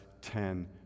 ten